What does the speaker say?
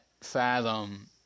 fathom